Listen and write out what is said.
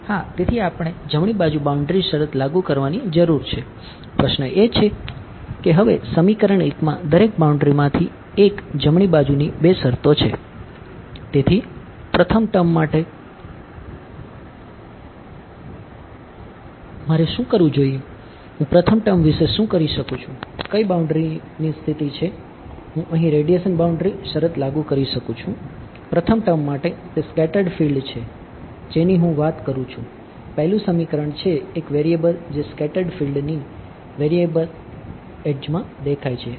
હા તેથી આપણે જમણી બાજુ બાઉન્ડ્રી એડ્જમાં દેખાય છે